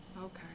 Okay